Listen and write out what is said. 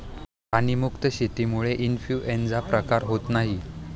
प्राणी मुक्त शेतीमुळे इन्फ्लूएन्झाचा प्रसार होत नाही